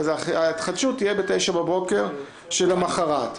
וההתחדשות תהיה ב-09:00 שלמוחרת.